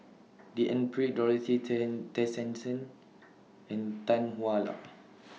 D N Pritt Dorothy Tessensohn and Tan Hwa Luck